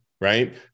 right